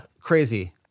crazy